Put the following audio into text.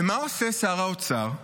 ומה עושה שר האוצר?